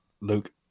Luke